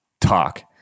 talk